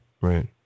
right